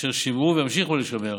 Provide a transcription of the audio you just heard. אשר שימרו והמשיכו לשמר